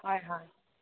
হয় হয়